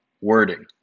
Wording